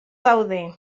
daude